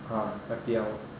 ah happy hour